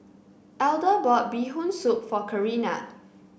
Elder bought Bee Hoon Soup for Carina